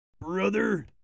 Brother